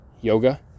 yoga